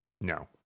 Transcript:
No